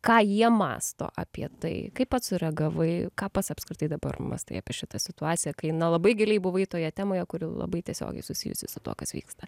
ką jie mąsto apie tai kaip pats sureagavai ką pats apskritai dabar mąstai apie šitą situaciją kai na labai giliai buvai toje temoje kuri labai tiesiogiai susijusi su tuo kas vyksta